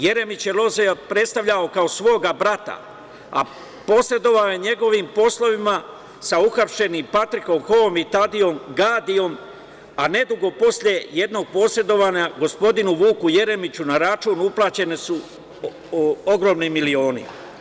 Jeremić je Lozoja predstavljao kao svoga brata, a posredovao je njegovim poslovima sa uhapšenim Patrikom Hoom i Tadijanom Gadijom, a nedugo posle jednog posredovanja Vuku Jeremiću na račun su uplaćeni ogromni milioni.